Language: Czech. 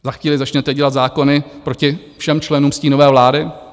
Za chvíli začnete dělat zákony proti všem členům stínové vlády?